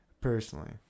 personally